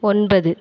ஒன்பது